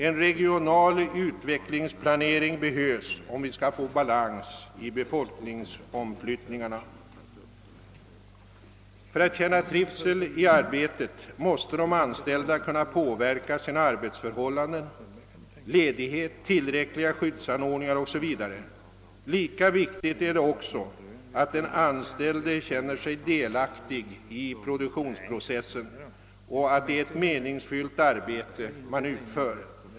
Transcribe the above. En regional utvecklingsplanering behövs, om vi skall få balans i befolkningsomflyttningarna. För att känna trivsel i arbetet måste de anställda kunna påverka sina arbetsförhållanden, ledighet, tillräckliga skyddsanordningar o.s.v. Lika viktigt är det att den anställde känner sig delaktig i produktionsprocessen och att det är ett meningsfyllt arbete han utför.